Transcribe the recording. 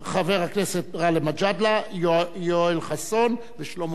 מג'אדלה, יואל חסון ושלמה מולה.